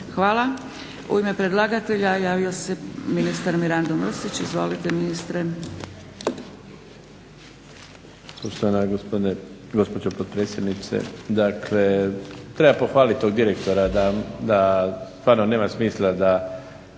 Hvala. U ime predlagatelja javio se ministar Mirando Mrsić. Izvolite ministre.